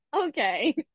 Okay